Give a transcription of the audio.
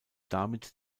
damit